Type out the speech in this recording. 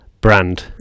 brand